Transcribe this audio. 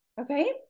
okay